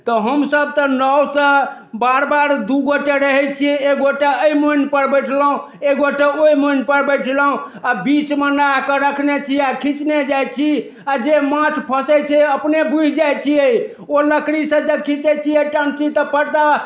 तऽ हमसब तऽ नाओसँ बार बार दुगोटे रहैत छियै एगोटा एहि मोनि पर बैठलहुँ एगोटा ओहि मोनि पर बैठलहुँ आ बीचमे नाओके रखने छी आ खीचने जाइत छी आ जे माछ फसैत छै अपने बुझि जाइत छियै ओ लकड़ीसँ जे खिचैत छियै टन्सिल त ऽ पट दऽ